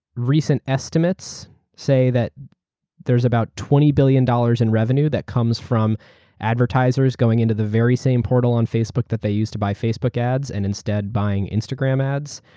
recent estimates say that there's about twenty billion dollars in revenue that comes from advertisers going into the very same portal on facebook that they use to buy facebook ads and instead buying instagram ads.